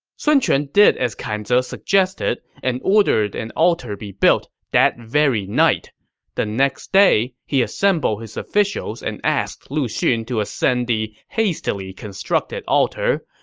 sun quan did as kan ze suggested and ordered an altar built that very night the next day, he assembled his officials and asked lu xun to ascend the hastily constructed altar,